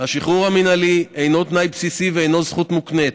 השחרור המינהלי אינו תנאי בסיסי ואינו זכות מוקנית.